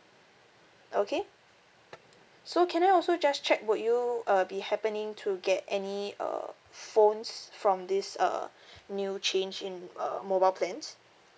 okay so can I also just check would you uh be happening to get any uh phones from this uh new change in uh mobile plans